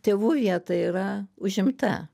tėvų vieta yra užimta